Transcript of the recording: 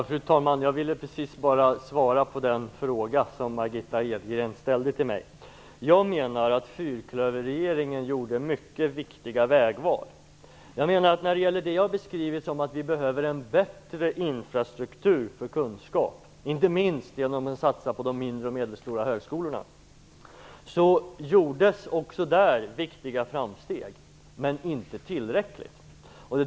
Fru talman! Jag vill bara svara på den fråga som Margitta Edgren ställde till mig. Jag menar att fyrklöverregeringen gjorde mycket viktiga vägval. När det gäller det som jag framhållit om att vi behöver en bättre infrastruktur för kunskap, inte minst genom satsningar på de mindre och medelstora högskolorna, vill jag säga att det också där gjordes viktiga, men inte tillräckliga, framsteg.